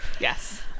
yes